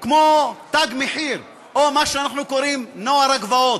כמו "תג מחיר", או מה שאנחנו קוראים נוער הגבעות.